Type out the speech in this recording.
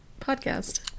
podcast